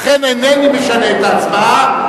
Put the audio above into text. לכן אינני משנה את ההצבעה,